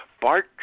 Bart